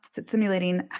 simulating